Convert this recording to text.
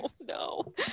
no